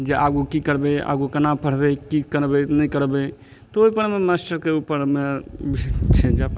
जे आगू की करबै आगू केना पढ़बै की करबै नहि करबै तऽ ओइपरमे मास्टर के उपर मे उ छै जबाब